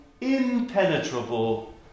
impenetrable